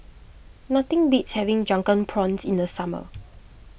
nothing beats having Drunken Prawns in the summer